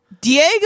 Diego